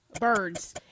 birds